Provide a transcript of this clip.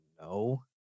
no